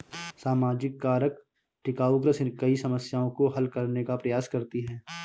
सामाजिक कारक टिकाऊ कृषि कई समस्याओं को हल करने का प्रयास करती है